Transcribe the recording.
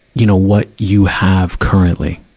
you know, what you have currently.